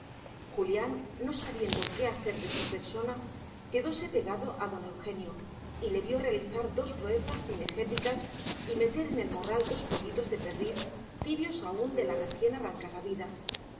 julián no sabiendo qué hacer de su persona quedóse pegado a don eugenio y le vio realizar dos proezas cinegéticas y meter en el morral dos pollitos de perdiz tibios aún de la recién arrancada vida